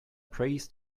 prays